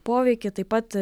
poveikį taip pat